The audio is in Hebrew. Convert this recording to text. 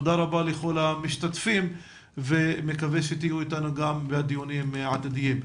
תודה רבה לכל המשתתפים ונקווה שתהיו אתנו גם בדיונים העתידיים.